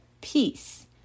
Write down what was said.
peace